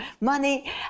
money